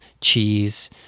cheese